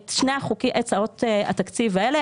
את שתי הצעות התקציב האלה,